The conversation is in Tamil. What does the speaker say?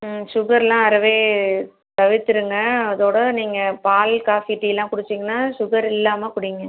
ம் ஸுகர்லாம் அறவே தவிர்த்துடுங்க அதோட நீங்கள் பால் காஃபி டீ எல்லாம் குடிச்சிங்கனா ஸுகர் இல்லாமல் குடியுங்க